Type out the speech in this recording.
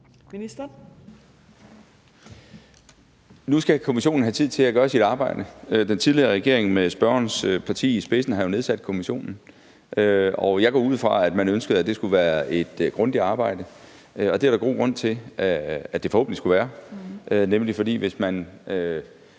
Bødskov): Nu skal kommissionen have tid til at gøre sit arbejde. Den tidligere regering med spørgerens parti i spidsen har jo nedsat kommissionen, og jeg går ud fra, at man ønskede, at det skulle være et grundigt arbejde, hvilket der er god grund til at det skal være. For hvis man